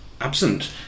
absent